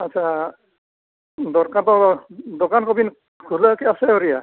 ᱟᱪᱪᱷᱟ ᱫᱚᱨᱠᱟᱨ ᱫᱚ ᱫᱳᱠᱟᱱ ᱠᱚᱵᱤᱱ ᱠᱷᱩᱞᱟᱹᱣ ᱠᱮᱜᱼᱟ ᱥᱮ ᱟᱹᱣᱨᱤ ᱭᱟᱜ